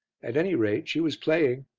at any rate she was playing.